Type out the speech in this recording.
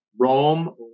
Rome